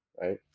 right